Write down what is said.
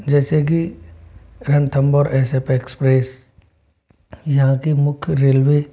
जैसे कि रणथंबोर एक्सप्रेस यहाँ के मुख्य रेलवे